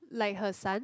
like her son